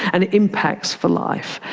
and it impacts for life.